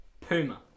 Puma